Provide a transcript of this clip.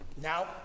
Now